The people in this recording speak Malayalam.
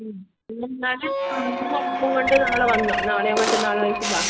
ഇവിടെ എന്താണ് ആണെങ്കിൽ ഷർട്ടും കൊണ്ട് നാളെ വന്നോ നാളെയോ മറ്റന്നാളോ ആയിട്ട് വാ